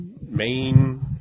main